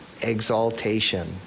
exaltation